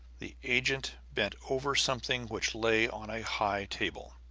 the agent bent over something which lay on a high table.